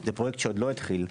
זה פרויקט שעוד לא התחיל.